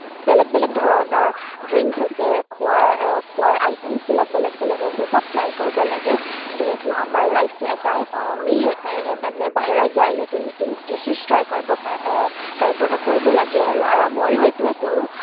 বেলেগ বেলেগ ধৰণৰ ড্ৰিংক্ছ আছে খোৱাৰ খোৱাৰ আইটেম্ছবিলাক বেলেগ বেলেগ আছে সব ট্ৰাই কৰিব লাগে যিহেতু আমাৰ লাইফটো এটাই পাওঁ আমি সেইকাৰণে মানে বাহিৰত যাই নতুন নতুন ডিশ্বেজ ট্ৰাই কৰিব পাৰে কৰিব লাগে আৰু আৰু ময়ো এইটোৱেই কৰোঁ